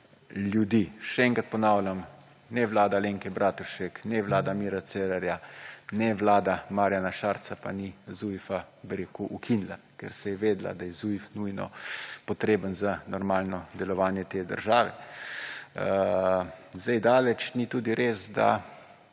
ljudi. Še enkrat ponavljam, na vlada Alenke Bratušek, ne vlada Mira Cerarja, ne vlada Marjana Šarca pa ni ZUJF-a ukinila, ker se je vedlo, da je ZUJF nujno potreben za normalno delovanje te države. Zdaj, daleč ni tudi res, da